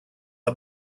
are